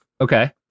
Okay